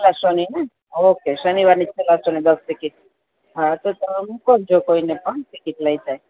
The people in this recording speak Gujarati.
પેહલા શોની ને ઓકે શનિવારે પેહલા શોની દશ ટીકીટ હાં મોકલજો કોઈને પણ ટીકીટ લઈ જાય